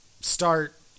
start